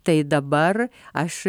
tai dabar aš